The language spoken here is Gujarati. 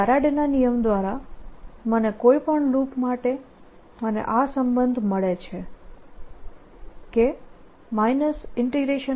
તો ફેરાડેના નિયમ દ્વારા મને કોઈ પણ લૂપ માટે મને આ સંબંધ મળે છે કે ∂Brt∂t